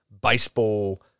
baseball